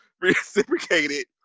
Reciprocated